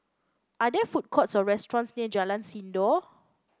are there food courts or restaurants near Jalan Sindor